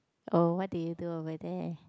oh what did you do over there